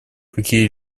какие